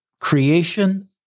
creation